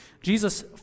Jesus